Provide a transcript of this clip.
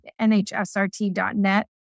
nhsrt.net